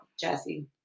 Jesse